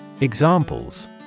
Examples